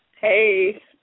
Hey